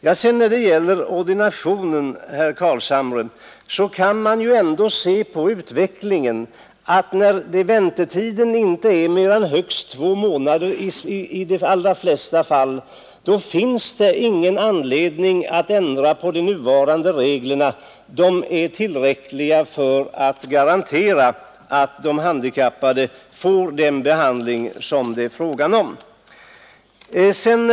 När det sedan gäller ordinationen kan man ju se på utvecklingen, herr Carlshamre. Då väntetiden i de allra flesta fall inte är längre än högst två månader finns det ingen anledning att ändra på de nuvarande reglerna. De är tillräckliga för att garantera att de handikappade får den behandling som de skall ha.